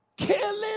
killing